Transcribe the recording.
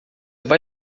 vai